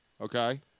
Okay